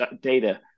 data